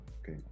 Okay